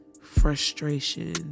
frustration